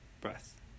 breath